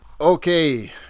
Okay